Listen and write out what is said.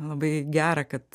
labai gera kad